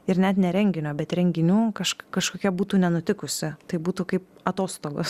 ir net ne renginio bet renginių kaš kažkokia būtų nenutikusi tai būtų kaip atostogos